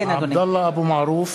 עבדאללה אבו מערוף,